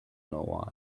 know